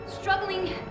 Struggling